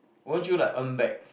won't you like earn back